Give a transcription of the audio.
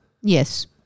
Yes